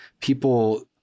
people